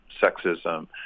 sexism